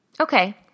Okay